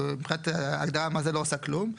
מבחינת הגדרה מה זה לא עושה כלום?